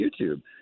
YouTube